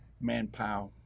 manpower